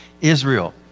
Israel